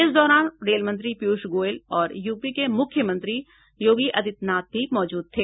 इस दौरान रेल मंत्री पीयूष गोयल और यूपी के मुख्यमंत्री योगी आदित्यनाथ भी मौजूद थे